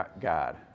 God